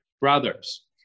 brothers